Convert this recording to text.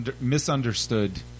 misunderstood